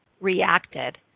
reacted